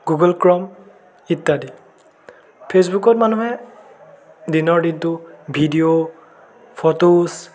Google Chrome ইত্য়াদি ফেচবুকত মানুহে দিনৰ দিনটো ভিডিঅ' ফটোছ